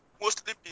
mostly